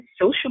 social